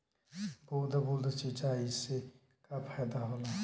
बूंद बूंद सिंचाई से का फायदा होला?